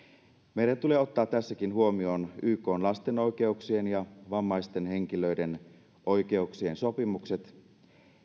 meidän tulee ottaa tässäkin huomioon ykn lasten oikeuksien ja vammaisten henkilöiden oikeuksien sopimukset